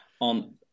on